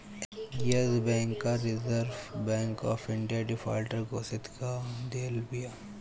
एश bank के Reserve Bank of India defaulter घोषित कअ देले बिया